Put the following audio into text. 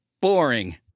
boring